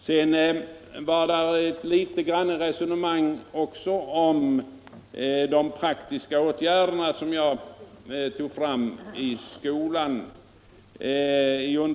Herr Nordstrandh förde också ett litet resonemang om de praktiska åtgärderna i undervisningsplanen, som jag tog upp.